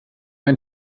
ein